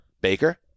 Baker